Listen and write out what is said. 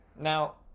Now